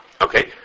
okay